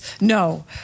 No